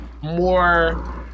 more